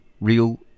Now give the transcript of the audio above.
real